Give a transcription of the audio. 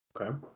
Okay